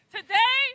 Today